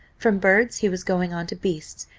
from birds he was going on to beasts,